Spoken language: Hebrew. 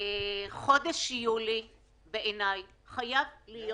חודש יולי חייב להיות